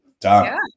Done